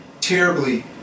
terribly